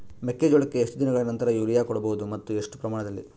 ಮೆಕ್ಕೆಜೋಳಕ್ಕೆ ಎಷ್ಟು ದಿನಗಳ ನಂತರ ಯೂರಿಯಾ ಕೊಡಬಹುದು ಮತ್ತು ಎಷ್ಟು ಪ್ರಮಾಣದಲ್ಲಿ?